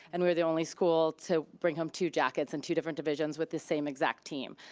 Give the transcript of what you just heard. and we're the only school to bring home two jackets in two different divisions with the same exact team.